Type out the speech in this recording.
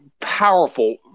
powerful